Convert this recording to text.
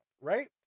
right